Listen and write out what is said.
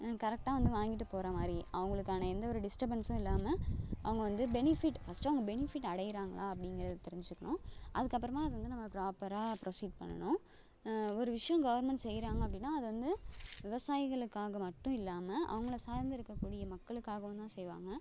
கரெக்டாக வந்து வாங்கிட்டு போகிற மாதிரி அவர்களுக்கான எந்த ஒரு டிஸ்டபன்ஸும் இல்லாமல் அவங்கள் வந்து பெனிஃபிட் ஃபஸ்ட்டு அவங்கள் பெனிஃபிட் அடையகிறாங்களா அப்படிங்கறத தெரிஞ்சுக்கணும் அதுக்கப்புறமா அது வந்து நம்ம ப்ராப்பராக ப்ரொசீட் பண்ணணும் ஒரு விஷயம் கவர்மெண்ட் செய்கிறாங்க அப்படின்னா அது வந்து விவசாயிகளுக்காக மட்டும் இல்லாமல் அவங்களை சார்ந்து இருக்கக்கூடிய மக்களுக்காகவும் தான் செய்வாங்க